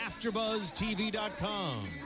AfterBuzzTV.com